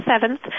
seventh